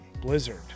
Blizzard